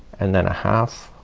and then a half